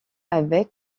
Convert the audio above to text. avec